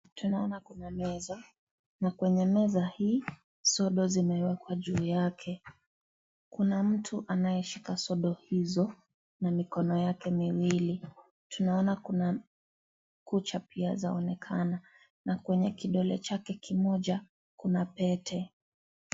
Tunaona kuna meza na kwenye meza hii, sodo zimewekwa juu yake. Kuna mtu anayeshika sodo hizo na mikono yake miwili. Tunaona kuna kucha pia zaonekana na kwenye kidole chake kimoja, kuna pete.